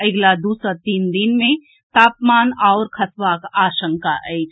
अगिला दू सँ तीन दिन मे तापमान आओर खसबाक आशंका अछि